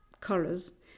colors